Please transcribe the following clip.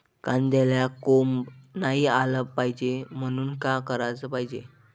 कांद्याला कोंब नाई आलं पायजे म्हनून का कराच पायजे?